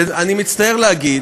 ואני מצטער להגיד,